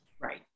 Right